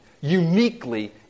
uniquely